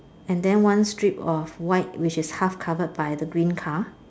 and then one strip of white which is half covered by the green car